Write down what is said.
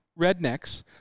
rednecks